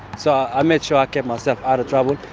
so i made sure i kept myself out of trouble,